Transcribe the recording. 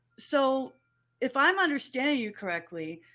so if i'm understanding you correctly.